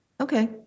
okay